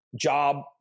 job